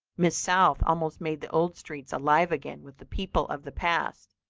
miss south almost made the old streets alive again with the people of the past.